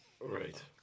Right